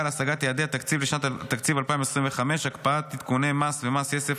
להשגת יעדי התקציב לשנת התקציב 2025) (הקפאת עדכוני מס ומס יסף),